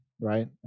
right